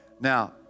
Now